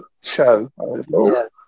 show